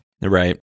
Right